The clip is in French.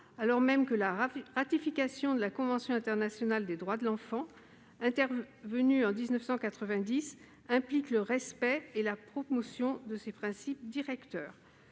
alors même que la ratification de la Convention internationale des droits de l'enfant, intervenue en 1990, implique le respect et la promotion de ses principes directeurs.